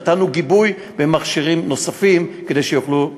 נתנו גיבוי במכשירים נוספים כדי שיוכלו,